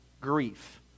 grief